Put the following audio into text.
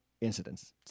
incidents